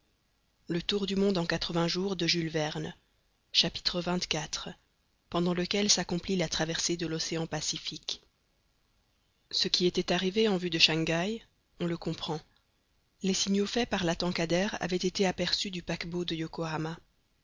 xxiv pendant lequel s'accomplit la traversée de l'océan pacifique ce qui était arrivé en vue de shangaï on le comprend les signaux faits par la tankadère avaient été aperçus du paquebot de yokohama